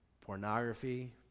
pornography